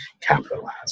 capitalize